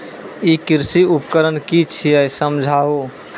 ई कृषि उपकरण कि छियै समझाऊ?